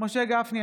משה גפני,